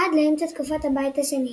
עד לאמצע תקופת הבית השני,